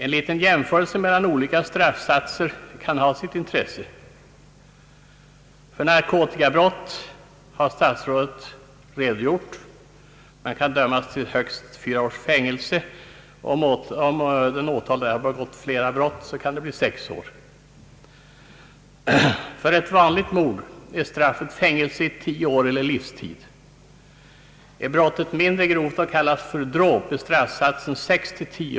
En liten jämförelse mellan olika straffskalor kan ha sitt intresse. För narkotikabrott kan man, som statsrådet redogjort för, dömas till högst fyra års fängelse. Om den åtalade har begått flera brott kan det bli sex år. För mord är straffet fängelse i 10 år eller livstid. Är brottet mindre grovt och benämnes dråp är straffsatsen 6—10 år.